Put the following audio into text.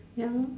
ya lor